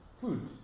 food